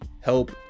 help